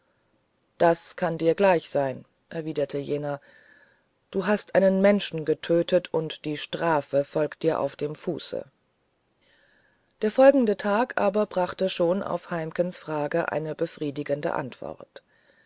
das kann dir gleich sein erwiderte jener du hast einen menschen getötet und die strafe folgt dir auf dem fuße der folgende tag aber brachte schon auf heimkens frage eine befriedigende antwort